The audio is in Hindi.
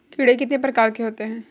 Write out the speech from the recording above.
कीड़े कितने प्रकार के होते हैं?